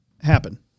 happen